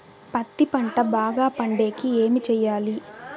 పత్తి పంట బాగా పండే కి ఏమి చెయ్యాలి?